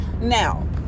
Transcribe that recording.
now